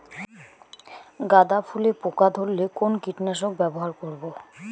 গাদা ফুলে পোকা ধরলে কোন কীটনাশক ব্যবহার করব?